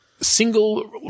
Single